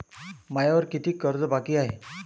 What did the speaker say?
मायावर कितीक कर्ज बाकी हाय?